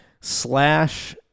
slash